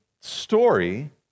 story